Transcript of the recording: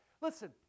Listen